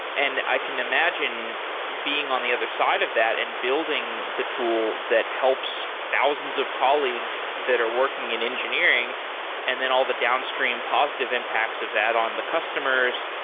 and i can imagine being on the other side of that and building the tool that helps thousands of colleagues that are working in engineering and then all the downstream positive impacts of that on the customers.